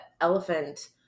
elephant